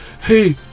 hey